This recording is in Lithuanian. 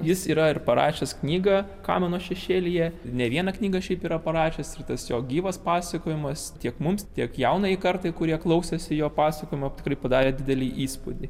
jis yra ir parašęs knygą kamino šešėlyje ne vieną knygą šiaip yra parašęs ir tas jo gyvas pasakojimas tiek mums tiek jaunajai kartai kurie klausėsi jo pasakojimo tikrai padarė didelį įspūdį